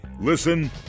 Listen